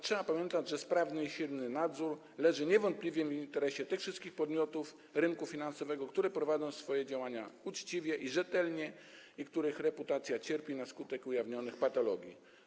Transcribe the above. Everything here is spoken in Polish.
Trzeba pamiętać, że sprawny i silny nadzór leży niewątpliwie w interesie tych wszystkich podmiotów rynku finansowego, które prowadzą swoje działania uczciwie i rzetelnie i których reputacja cierpi na skutek ujawnianych patologii.